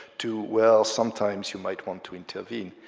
to, well sometimes you might want to intervene.